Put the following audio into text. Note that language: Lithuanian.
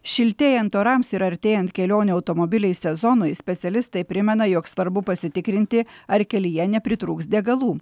šiltėjant orams ir artėjant kelionių automobiliais sezonui specialistai primena jog svarbu pasitikrinti ar kelyje nepritrūks degalų